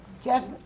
Jeff